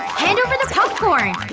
hand over the popcorn!